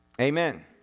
Amen